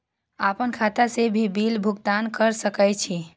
आपन खाता से भी बिल भुगतान कर सके छी?